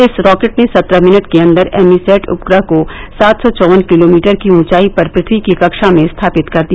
इस रॉकेट ने सत्रह मिनट के अंदर एमीसैट उपग्रह को सात सौ चौवन किलोमीटर की ऊंचाई पर पृथ्वी की कक्षा में स्थापित कर दिया